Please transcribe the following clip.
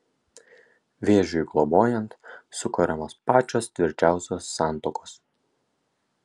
vėžiui globojant sukuriamos pačios tvirčiausios santuokos